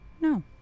no